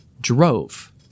drove